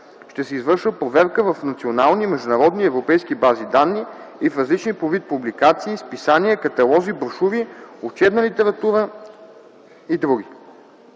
Ще се извършва проверка в национални, международни и европейски бази данни и в различни по вид публикации – списания, каталози, брошури, учебна литература и пр.